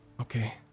Okay